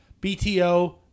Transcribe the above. BTO